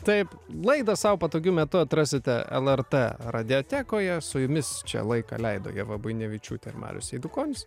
taip laidą sau patogiu metu atrasite lrt radiotekoje su jumis čia laiką leido ieva buinevičiūtė ir marius eidukonis